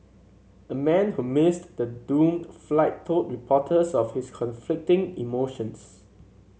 a man who missed the doomed flight told reporters of his conflicting emotions